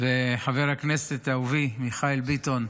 חבר הכנסת אהובי מיכאל ביטון,